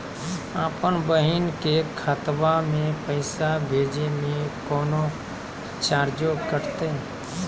अपन बहिन के खतवा में पैसा भेजे में कौनो चार्जो कटतई?